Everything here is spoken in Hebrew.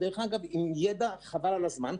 עם ידע חבל על הזמן.